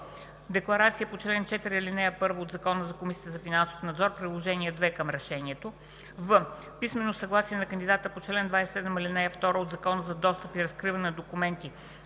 декларация по чл. 4, ал. 1 от Закона за Комисията за финансов надзор – Приложение № 2 към решението; в) писмено съгласие на кандидата по чл. 27, ал. 2 от Закона за достъп и разкриване на документите